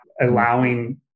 allowing